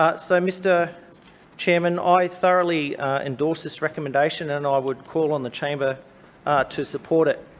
ah so, mr chairman, i thoroughly endorse this recommendation and i would call on the chamber to support it.